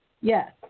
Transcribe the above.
Yes